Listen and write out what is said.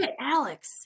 Alex